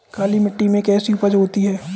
काली मिट्टी में कैसी उपज होती है?